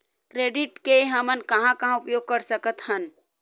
Credit के हमन कहां कहा उपयोग कर सकत हन?